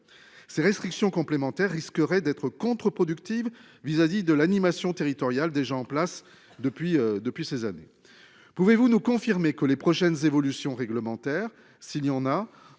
Ces restrictions complémentaire risquerait d'être contre-productive vis-à-vis de l'animation territoriale des gens en place depuis depuis ces années. Pouvez-vous nous confirmer que les prochaines évolutions réglementaires. S'il y en a